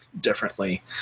differently